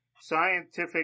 scientific